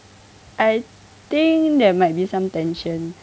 I think there might be some tension